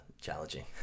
challenging